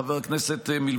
חבר הכנסת מלביצקי,